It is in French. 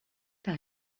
par